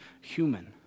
human